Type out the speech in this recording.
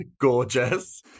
Gorgeous